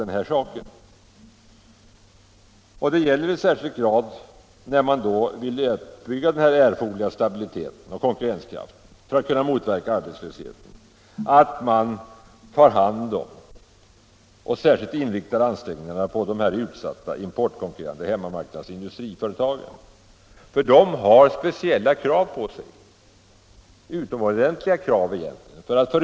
När man vill åstadkomma erforderlig stabilitet och konkurrenskraft för att arbetslösheten skall kunna motverkas gäller det särskilt att inrikta ansträngningarna på de utsatta importkonkurrerande hemmamarknadsindustriföretagen, eftersom dessa har speciella krav på sig - utomordentligt höga krav egentligen!